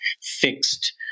fixed